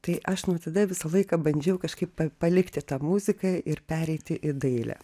tai aš nuo tada visą laiką bandžiau kažkaip palikti tą muziką ir pereiti į dailę